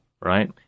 Right